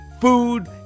food